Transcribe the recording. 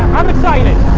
i'm excited.